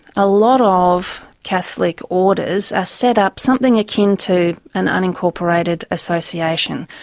a lot of catholic orders are set up something akin to an unincorporated association,